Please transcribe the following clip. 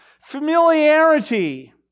Familiarity